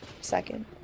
second